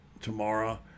tomorrow